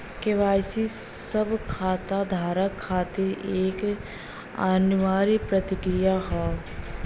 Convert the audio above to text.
KYC सब खाता धारक खातिर एक अनिवार्य प्रक्रिया हौ